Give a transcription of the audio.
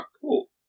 cool